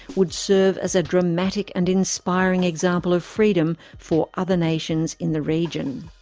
would serve as a dramatic and inspiring example of freedom for other nations in the region.